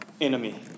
enemy